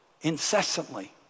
incessantly